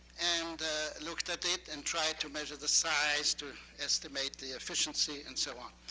and looked at it, and tried to measure the size to estimate the efficiency and so on.